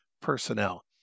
personnel